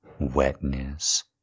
wetness